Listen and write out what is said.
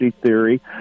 theory